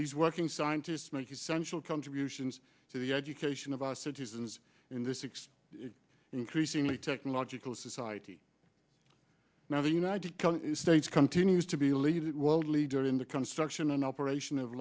these working scientists make essential contributions to the education of our citizens in the six increasingly technological society now the united states continues to be a leading world leader in the construction and operation of